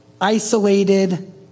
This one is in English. isolated